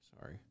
Sorry